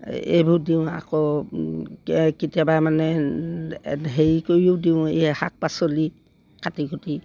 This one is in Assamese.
এইবোৰ দিওঁ আকৌ কেতিয়াবা মানে হেৰি কৰিও দিওঁ এই শাক পাচলি কাটি কুটি